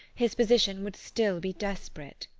his position would still be desperate.